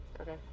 Okay